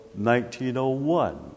1901